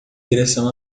direção